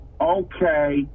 okay